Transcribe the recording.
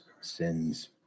sins